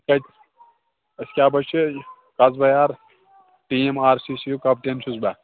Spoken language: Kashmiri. کتہِ أسۍ کیٛاہ با چھِ کَژٕ بَہ یار ٹیٖم آر سی سی یُک کپٹین چھُس بہٕ